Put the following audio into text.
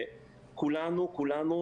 כולנו יודעים,